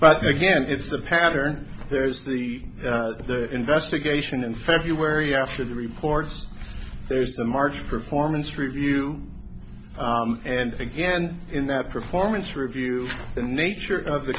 but again it's a pattern there's the investigation in february after the reports there's a march performance review and again in that performance review the nature of the